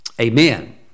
Amen